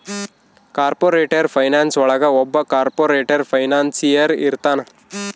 corporate finance ಒಳಗ ಒಬ್ಬ corporate financier ಇರ್ತಾನ